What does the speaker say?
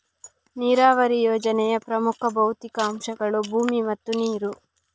ನೀರಾವರಿ ಯೋಜನೆಯ ಪ್ರಮುಖ ಭೌತಿಕ ಅಂಶಗಳು ಭೂಮಿ ಮತ್ತು ನೀರು